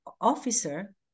officer